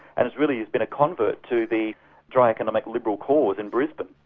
and has really been a convert to the dry economic liberal cause in brisbane.